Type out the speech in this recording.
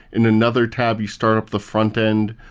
in another tab, you start up the frontend.